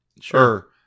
Sure